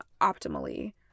optimally